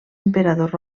emperadors